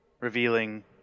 revealing